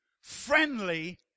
friendly